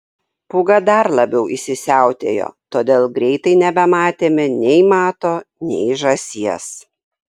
pūga dar labiau įsisiautėjo todėl greitai nebematėme nei mato nei žąsies